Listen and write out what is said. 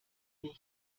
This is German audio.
wir